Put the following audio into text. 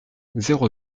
zéro